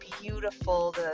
beautiful